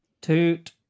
Toot